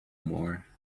more